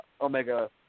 Omega